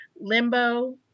Limbo